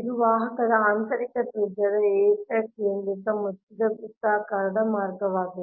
ಇದು ವಾಹಕದ ಆಂತರಿಕ ತ್ರಿಜ್ಯದ ಏಕಕೇಂದ್ರಕ ಮುಚ್ಚಿದ ವೃತ್ತಾಕಾರದ ಮಾರ್ಗವಾಗಿದೆ